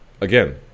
Again